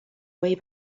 way